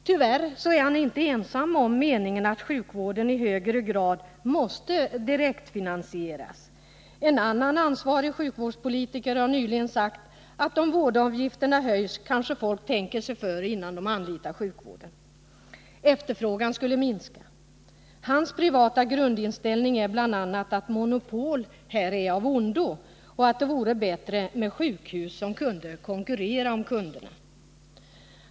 Tyvärr är han inte ensam om meningen att sjukvården i högre grad måste direktfinansieras. En ansvarig sjukvårdspolitiker har nyligen sagt, att om vårdavgifterna höjs, tänker sig folk kanske för innan de anlitar sjukvården. Efterfrågan skulle minska. Hans privata grundinställning är bl.a. att monopol här är av ondo och att det vore bättre med sjukhus som kunde konkurrera om ”kunderna”.